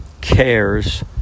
cares